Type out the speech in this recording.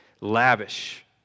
lavish